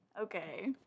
Okay